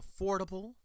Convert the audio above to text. affordable